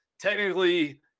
technically